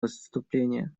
выступления